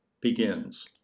begins